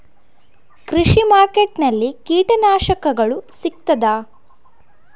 ಕೃಷಿಮಾರ್ಕೆಟ್ ನಲ್ಲಿ ಕೀಟನಾಶಕಗಳು ಸಿಗ್ತದಾ?